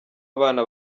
abana